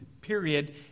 period